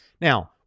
Now